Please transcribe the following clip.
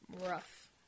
rough